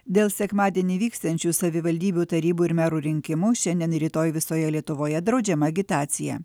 dėl sekmadienį vyksiančių savivaldybių tarybų ir merų rinkimų šiandien ir rytoj visoje lietuvoje draudžiama agitacija